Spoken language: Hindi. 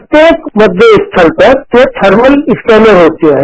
प्रत्येक मध्य स्थल पर थर्मल स्कैनर होते हैं